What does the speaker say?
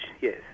Yes